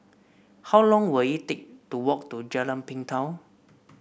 how long will it take to walk to Jalan Pintau